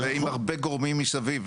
ועם הרבה גורמים מסביב,